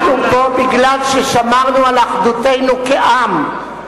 אנחנו פה מפני ששמרנו על אחדותנו כעם.